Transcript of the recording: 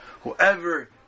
whoever